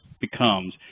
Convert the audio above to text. becomes